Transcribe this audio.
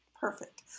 Perfect